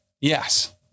yes